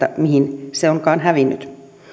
mihin se onkaan hävinnyt